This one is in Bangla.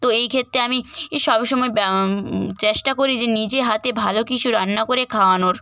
তো এইক্ষেত্রে আমি এ সব সময় বা চেষ্টা করি যে নিজে হাতে ভালো কিছু রান্না করে খাওয়ানোর